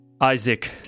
isaac